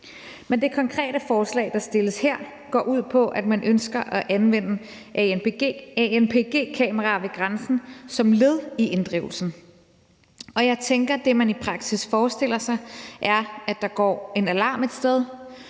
Men det konkrete forslag, der fremsættes her, går ud på, at man ønsker at anvende anpg-kameraer ved grænsen som led i inddrivelsen. Jeg tænker, at det, man i praksis forestiller sig, er, at der går en alarm et sted,